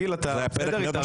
גיל, אתה התארגנת?